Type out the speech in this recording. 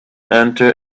enter